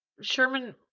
Sherman